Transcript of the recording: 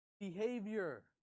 behavior